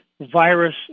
virus